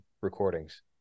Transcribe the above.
recordings